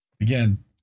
again